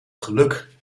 geluk